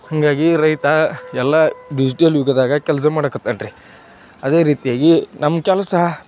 ಹಾಗಾಗಿ ರೈತ ಎಲ್ಲ ಡಿಜ್ಟಲ್ ಯುಗದಾಗ ಕೆಲಸ ಮಾಡಕತ್ತಾನ್ರಿ ಅದೇ ರೀತಿಯಾಗಿ ನಮ್ಮ ಕೆಲಸ